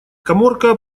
каморка